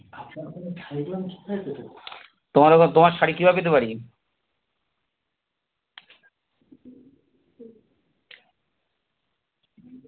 তোমার এবার তোমার শাড়ি কীভাবে পেতে পারি